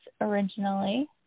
originally